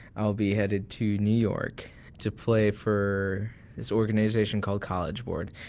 i'll be headed to new york to play for this organization called college board.